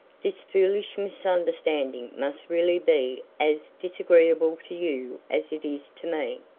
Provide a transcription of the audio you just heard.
this foolish misunderstanding must really be as disagreeable to you as it is to me.